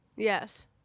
Yes